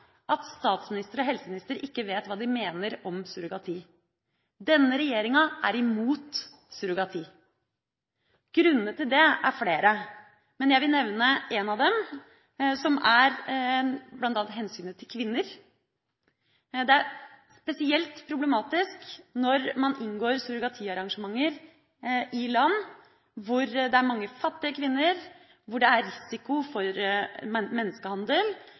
at statsministeren og helseministeren ikke vet hva de mener om surrogati. Denne regjeringa er imot surrogati. Grunnene til det er flere, men jeg vil nevne én av dem, som er hensynet til kvinner. Det er spesielt problematisk når man inngår surrogatiarrangementer i land hvor det er mange fattige kvinner, hvor det er risiko for menneskehandel